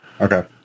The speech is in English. Okay